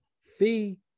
Fee